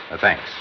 Thanks